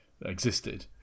existed